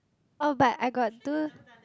oh but I got do